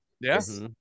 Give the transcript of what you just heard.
yes